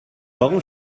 warum